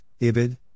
IBID